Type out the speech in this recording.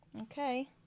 Okay